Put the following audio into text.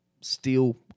steel